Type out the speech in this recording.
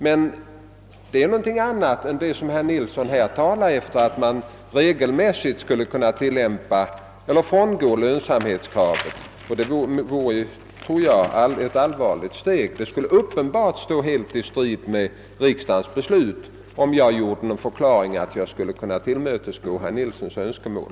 Men det är någonting annat än det herr Nilsson här talar om, nämligen att man regelmässigt skulle kunna frångå lönsamhetskraven. Det vore ett allvarligt steg, och det skulle uppenbart stå i strid med riksdagens beslut om jag här förklarade, att jag skulle kunna tillmötesgå herr Nilssons önskemål,